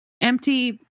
Empty